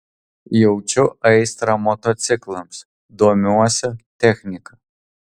jaučiu aistrą motociklams domiuosi technika